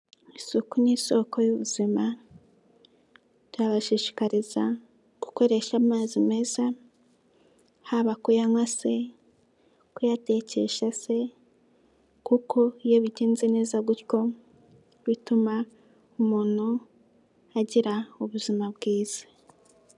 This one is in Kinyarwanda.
Isuku ni isoko y'ubuzima irabashishikariza gukoresha amazi meza haba ku yanywa se kuyatekesha se kuko iyo bigenze neza gutyo bituma umuntu agira ubuzima bwiza.